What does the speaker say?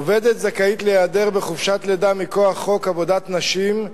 עובדת זכאית להיעדר בחופשת לידה מכוח חוק עבודת נשים,